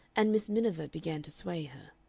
and miss miniver began to sway her.